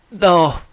no